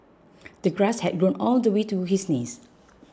the grass had grown all the way to his knees